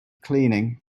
cleaning